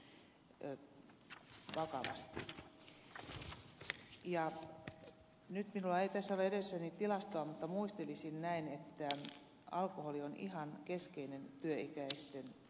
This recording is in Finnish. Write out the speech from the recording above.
nyt minulla ei tässä edessäni ole tilastoa mutta muistelisin näin että alkoholi on ihan keskeinen työikäisten tappaja